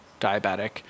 diabetic